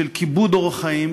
של כיבוד אורח חיים,